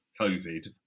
COVID